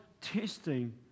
testing